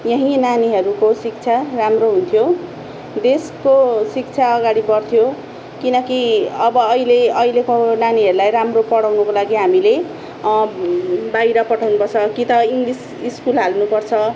यहीँ नानीहरूको शिक्षा राम्रो हुन्थ्यो देशको शिक्षा अगाडि बढ्थ्यो किनकि अब अहिले अहिलेको नानीहरलाई राम्रो पढाउनुको लागि हामीले अ बाहिर पठाउनुपर्छ कि त इङ्लिस इस्कुल हाल्नुपर्छ